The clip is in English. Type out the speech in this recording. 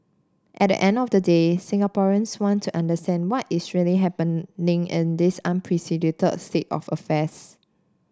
at the end of the day Singaporeans want to understand what is really happening in this unprecedented state of affairs